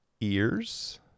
ears